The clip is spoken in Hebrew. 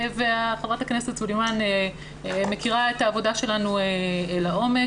וחברת הכנסת סלימאן מכירה את העבודה שלנו לעומק.